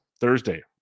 thursday